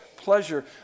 pleasure